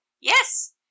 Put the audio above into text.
yes